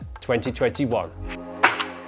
2021